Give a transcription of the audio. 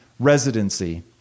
residency